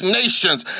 nations